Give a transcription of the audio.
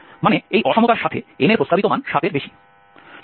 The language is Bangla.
মানে এই অসমতার সাথে n এর প্রস্তাবিত মান 7 এর বেশি